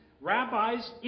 rabbis